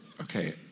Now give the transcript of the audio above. okay